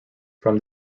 from